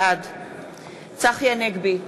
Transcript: בעד צחי הנגבי,